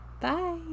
Bye